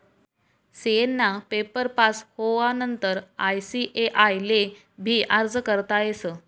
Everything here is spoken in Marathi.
सी.ए ना पेपर पास होवानंतर आय.सी.ए.आय ले भी अर्ज करता येस